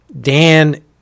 Dan